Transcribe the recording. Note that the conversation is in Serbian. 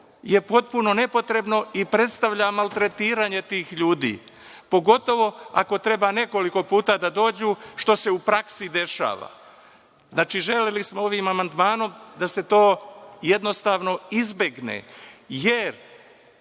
je potpuno nepotrebno i predstavlja maltretiranje tih ljudi, pogotovo ako treba nekoliko puta da dođu, što se u praksi dešava. Želeli smo ovim amandmanom da se to izbegne, jer